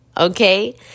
Okay